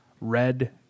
Red